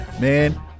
Man